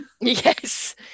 Yes